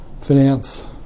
Finance